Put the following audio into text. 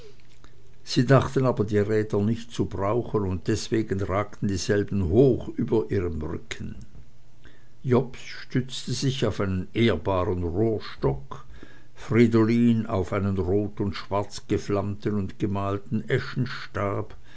sie dachten aber die räder nicht zu brauchen und deswegen ragten dieselben hoch über ihrem rücken jobst stützte sich auf einen ehrbaren rohrstock fridolin auf einen rot und schwarz geflammten und gemalten eschenstab